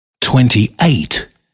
Twenty-eight